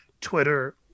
Twitter